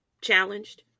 challenged